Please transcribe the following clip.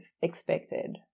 expected